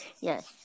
Yes